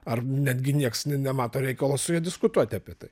ar netgi nieks nemato reikalo su ja diskutuoti apie tai